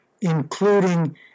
including